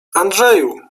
andrzeju